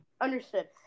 understood